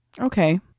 Okay